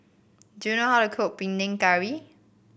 do you know how to cook Panang Curry